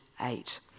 eight